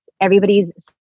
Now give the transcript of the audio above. everybody's